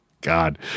God